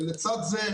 לצד זה,